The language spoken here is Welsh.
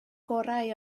gorau